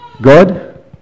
God